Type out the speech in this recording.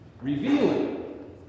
revealing